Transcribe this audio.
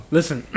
Listen